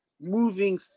moving